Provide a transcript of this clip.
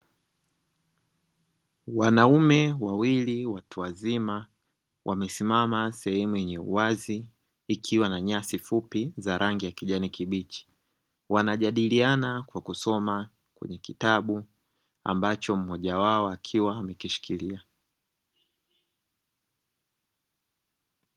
Wanaume wawili watu wazima wamesimama sehemu yenye uwazi ikiwa na nyasi fupi za rangi ya kijani kibichi, wanajadiliana kwa kusoma kwenye kitabu ambacho mmoja wao akiwa amekishikilia.